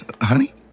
Honey